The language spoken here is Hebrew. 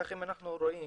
כך אם אנחנו מנתחים